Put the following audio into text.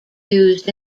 used